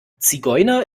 zigeuner